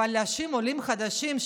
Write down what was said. אבל להאשים עולים חדשים,